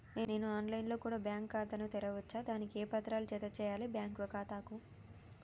నేను online లో కూడా బ్యాంకు ఖాతా ను తెరవ వచ్చా? దానికి ఏ పత్రాలను జత చేయాలి బ్యాంకు ఖాతాకు?